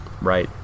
Right